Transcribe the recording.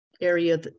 area